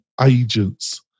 agents